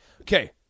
Okay